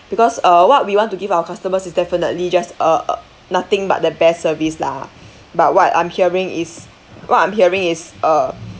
because uh what we want to give our customers is definitely just uh nothing but the best service lah but what I'm hearing is what I'm hearing is uh